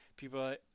people